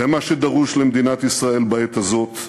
זה מה שדרוש למדינת ישראל בעת הזאת,